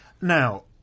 Now